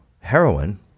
heroin